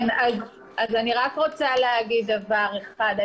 אני רק רוצה לומר דבר אחד.